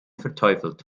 verteufelt